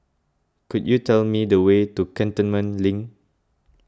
could you tell me the way to Cantonment Link